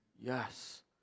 Yes